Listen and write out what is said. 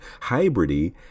hybridy